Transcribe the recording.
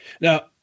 Now